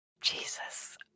Jesus